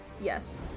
Yes